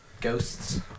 Ghosts